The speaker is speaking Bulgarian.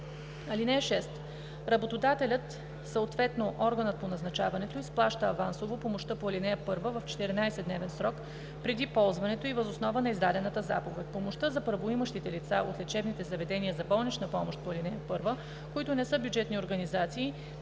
каса. (6) Работодателят, съответно органът по назначаването изплаща авансово помощта по ал. 1 в 14-дневен срок преди ползването ѝ въз основа на издадената заповед. Помощта за правоимащите лица от лечебните заведения за болнична помощ по ал. 1, които не са бюджетни организации,